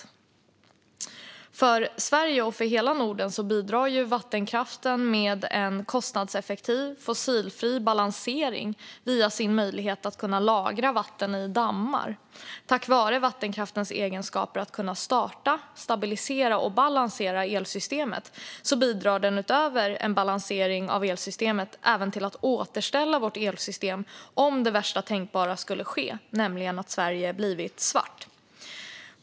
För Sverige och för hela Norden bidrar vattenkraften med en kostnadseffektiv och fossilfri balansering via sin möjlighet att kunna lagra vatten i dammar. Tack vare vattenkraftens egenskaper att kunna starta, stabilisera och balansera elsystemet bidrar den utöver en balansering av elsystemet även till att återställa vårt elsystem om det värsta tänkbara skulle ske, nämligen att Sverige blivit svart.